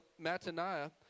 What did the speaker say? Mataniah